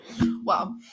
Wow